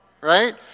right